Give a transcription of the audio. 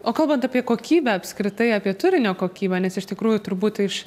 o kalbant apie kokybę apskritai apie turinio kokybę nes iš tikrųjų turbūt iš